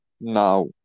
now